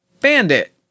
Bandit